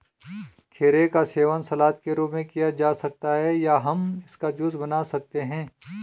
खीरे का सेवन सलाद के रूप में किया जा सकता है या हम इसका जूस बना सकते हैं